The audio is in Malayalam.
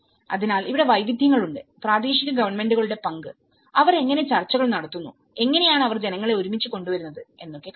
അതിനാൽ ഇവിടെ വൈവിധ്യങ്ങൾ ഉണ്ട് പ്രാദേശിക ഗവൺമെന്റുകളുടെ പങ്ക് അവർ എങ്ങനെ ചർച്ചകൾ നടത്തുന്നു എങ്ങനെയാണ് അവർ ജനങ്ങളെ ഒരുമിച്ച് കൊണ്ടുവരുന്നത് എന്നൊക്കെ കാണാം